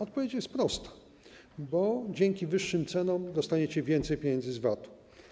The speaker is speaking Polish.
Odpowiedź jest prosta: bo dzięki wyższym cenom dostajecie więcej pieniędzy z VAT-u.